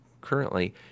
currently